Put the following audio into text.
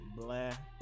black